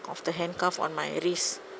of the handcuffs on my wrist